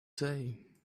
say